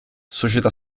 società